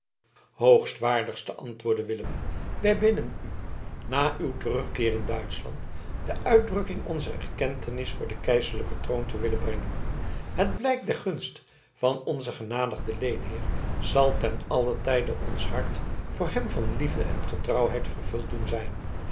hoogwaardigste antwoordde willem wij bidden u na uw terugkeer in duitschland de uitdrukking onzer erkentenis voor den keizerlijken troon te willen brengen het blijk der gunst van onzen genadigen leenheer zal ten allen tijde ons hart voor hem van liefde en getrouwheid vervuld doen zijn